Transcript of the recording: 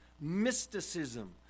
mysticism